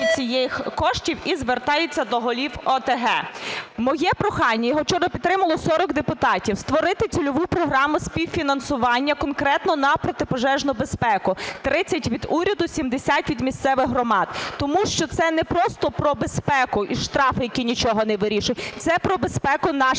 Моє прохання, його вчора підтримало 40 депутатів, створити цільову програму співфінансування конкретно на протипожежну безпеку: 30 – від уряду, 70 – від місцевих громад. Тому що це не просто про безпеку і штрафи, які нічого не вирішують, це про безпеку наших дітей.